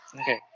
okay